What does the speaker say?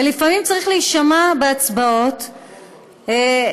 ולפעמים צריך להישמע בהצבעות לסיעה,